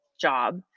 job